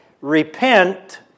Repent